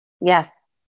Yes